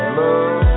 love